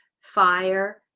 fire